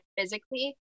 physically